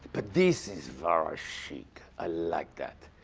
but this is very chic, i like that.